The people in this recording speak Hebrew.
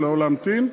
לא להמתין.